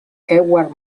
edward